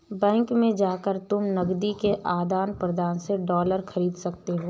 bank में जाकर तुम नकदी के आदान प्रदान से डॉलर खरीद सकती हो